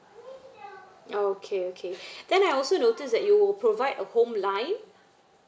okay okay then I also noticed that you will provide a home line